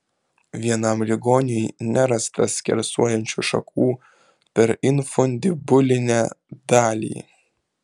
vienam ligoniui nerasta skersuojančių šakų per infundibulinę dalį